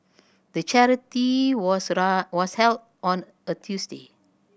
the charity was was held on a Tuesday